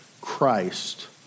Christ